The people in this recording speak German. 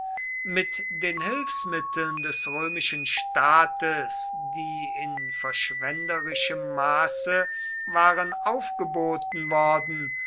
mit den hilfsmitteln des römischen staates die in verschwenderischem maße waren aufgeboten worden